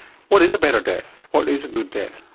what is a better death? what is a good death?